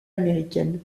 américaine